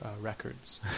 records